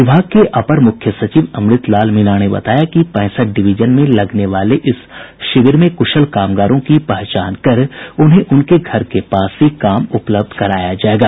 विभाग के अपर मुख्य सचिव अमृत लाल मीणा ने बताया कि पैंसठ डिविजन में लगने वाले इस शिविर में कुशल कामगारों की पहचान कर उन्हें उनके घर के पास ही काम उपलब्ध कराया जायेगा